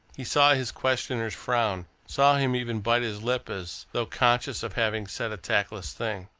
he saw his questioner's frown, saw him even bite his lip as though conscious of having said a tactless thing.